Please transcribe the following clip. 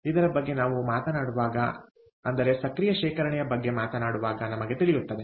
ಇದರ ಬಗ್ಗೆ ನಾವು ಮಾತನಾಡುವಾಗ ಅಂದರೆ ಸಕ್ರಿಯ ಶೇಖರಣೆಯ ಬಗ್ಗೆ ಮಾತನಾಡುವಾಗ ನಮಗೆ ತಿಳಿಯುತ್ತದೆ